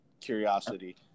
curiosity